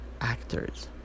actors